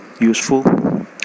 useful